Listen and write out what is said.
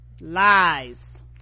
Lies